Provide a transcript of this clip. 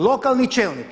Lokalni čelnik.